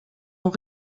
ont